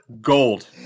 gold